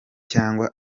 cyangwa